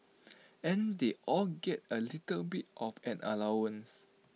and they all get A little bit of an allowance